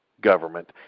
government